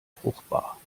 fruchtbar